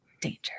Danger